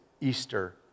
Easter